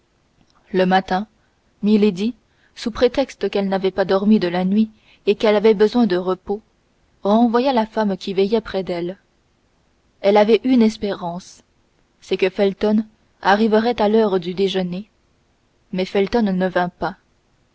le matin milady sous prétexte qu'elle n'avait pas dormi de la nuit et qu'elle avait besoin de repos renvoya la femme qui veillait près d'elle elle avait une espérance c'est que felton arriverait à l'heure du déjeuner mais felton ne vint pas